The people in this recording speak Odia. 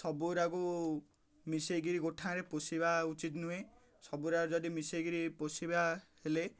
ସବୁୁରାକୁ ମିଶେଇକିରି ଗୋଟେ ଠାରେ ପୋଷିବା ଉଚିତ୍ ନୁହେଁ ସବୁୁରା ଯଦି ମିଶେଇକିରି ପୋଷିବା ହେଲେ